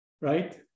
right